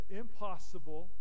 impossible